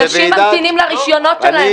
אנשים ממתינים לרישיונות שלהם.